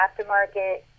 aftermarket